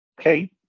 Okay